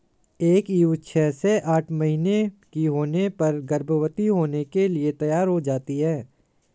एक ईव छह से आठ महीने की होने पर गर्भवती होने के लिए तैयार हो जाती है